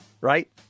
right